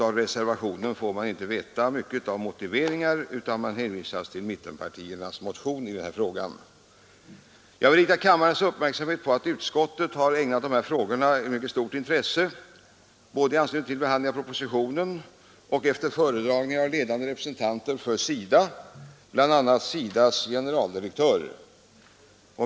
Av reservationen får man inte veta mycket av motiveringarna härför, utan där hänvisar reservanterna till mittenpartiernas motion i ärendet. Jag vill rikta kammarens uppmärksamhet på att utskottet har ägnat dessa frågor mycket stort intresse både i anslutning till behandlingen av propositionen och efter föredragning av ledande representanter för SIDA, bl.a. SIDA :s generaldirektör.